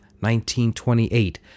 1928